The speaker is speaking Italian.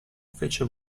fece